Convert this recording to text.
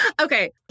Okay